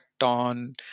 on